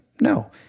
No